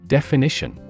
Definition